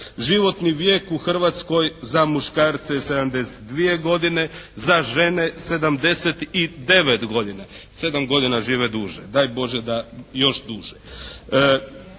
Životni vijek u Hrvatskoj za muškarce je 72 godine. Za žene 79 godina. 7 godina žive duže. Daj Bože da još duže.